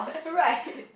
correct